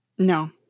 No